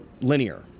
linear